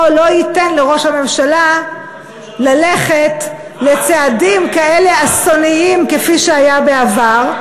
לא ייתן לראש הממשלה ללכת לצעדים כאלה אסוניים כפי שהיה בעבר.